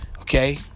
okay